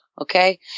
Okay